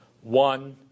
One